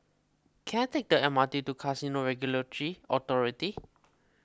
can I take the M R T to Casino Regulatory Authority